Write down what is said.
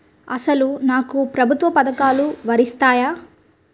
అసలు నాకు ప్రభుత్వ పథకాలు వర్తిస్తాయా?